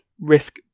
risk